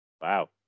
Wow